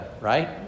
Right